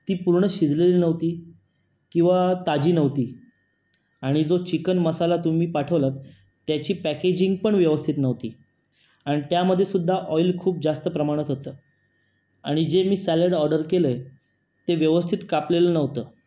ती पूर्ण शिजलेली नव्हती किंवा ताजी नव्हती आणि जो चिकन मसाला तुम्ही पाठवलात त्याची पॅकेजिंग पण व्यवस्थित नव्हती आणि त्यामध्ये सुद्धा ऑइल खूप जास्त प्रमाणात होतं आणि जे मी सॅलड ऑर्डर केलं आहे ते व्यवस्थित कापलेलं नव्हतं